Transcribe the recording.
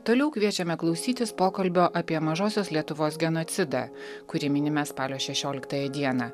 toliau kviečiame klausytis pokalbio apie mažosios lietuvos genocidą kurį minime spalio šešioliktąją dieną